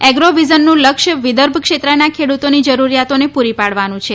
agro વિઝનનું લક્ષ્ય વિદર્ભ ક્ષેત્રના ખેડૂતોની જરૂરિયાતોને પુરી પાડવાની છે